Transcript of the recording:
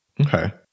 Okay